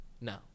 No